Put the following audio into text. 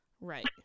Right